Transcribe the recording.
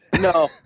no